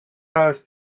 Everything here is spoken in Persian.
است